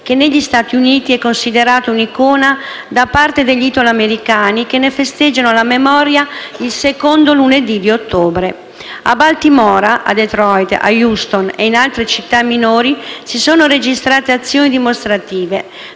che negli Stati Uniti è considerato un'icona da parte degli italoamericani, che ne festeggiano la memoria il secondo lunedì di ottobre. A Baltimora, a Detroit, a Houston e in altre città minori si sono registrate azioni dimostrative,